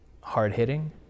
hard-hitting